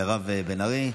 מירב בן ארי,